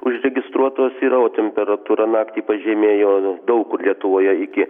užregistruotos yra o temperatūra naktį pažemėjo daug kur lietuvoje iki